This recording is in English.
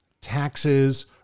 taxes